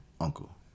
uncle